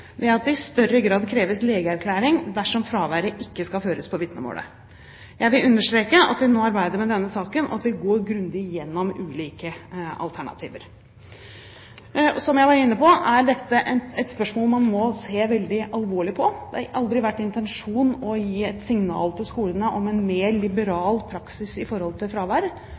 ved at det i større grad kreves legeerklæring dersom fraværet ikke skal føres på vitnemålet. Jeg vil understreke at vi nå arbeider med denne saken, og at vi går grundig gjennom ulike alternativer. Som jeg var inne på, er dette et spørsmål man må se veldig alvorlig på. Det har aldri vært intensjonen å gi et signal til skolene om en mer liberal praksis når det gjelder fravær.